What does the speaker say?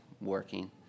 working